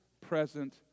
present